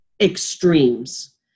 extremes